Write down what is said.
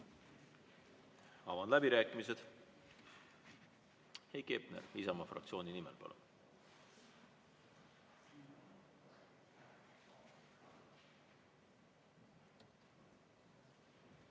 Avan läbirääkimised. Heiki Hepner, Isamaa fraktsiooni nimel, palun!